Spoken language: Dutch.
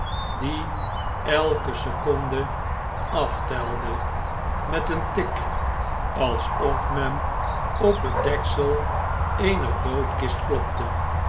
die elke seconde aftelde met een tik alsof men op het deksel eener doodkist klopte